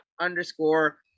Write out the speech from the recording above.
underscore